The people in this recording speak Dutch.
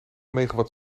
megawatt